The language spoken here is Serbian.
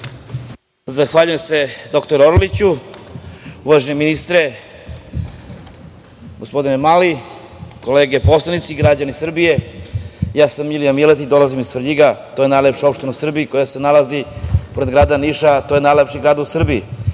Zahvaljujem se, dr Orliću. Uvaženi ministre gospodine Mali, kolege poslanici, građani Srbije, ja sam Milija Miletić, dolazim iz Svrljiga, to je najlepša opština u Srbiji koja se nalazi pored grada Niša, a to je najlepši grad u Srbiji.